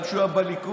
גם כשהוא היה בליכוד.